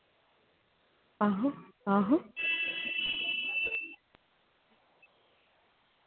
आहो आहो